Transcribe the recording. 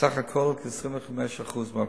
סך הכול כ-25% מהאוכלוסייה.